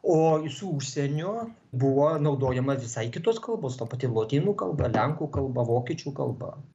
o su užsieniu buvo naudojama visai kitos kalbos ta pati lotynų kalba lenkų kalba vokiečių kalba